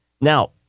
Now